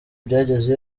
byageze